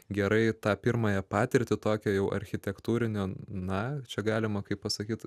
gerai tą pirmąją patirtį tokio jau architektūrinio na čia galima kaip pasakyt